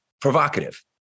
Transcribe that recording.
provocative